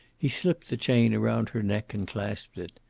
he slipped the chain around her neck and clasped it.